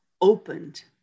opened